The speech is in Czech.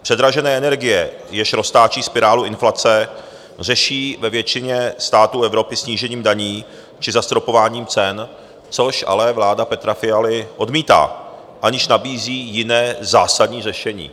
Předražené energie, jež roztáčejí spirálu inflace, řeší ve většině států Evropy snížením daní či zastropováním cen, což ale vláda Petra Fialy odmítá, aniž nabízí jiné zásadní řešení.